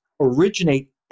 originate